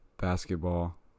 basketball